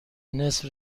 نصف